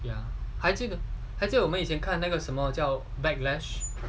ya 还这个还记得我们以前看那个什么叫 backlash